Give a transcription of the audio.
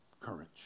Courage